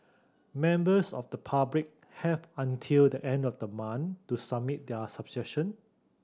members of the public have until the end of the month to submit their sub session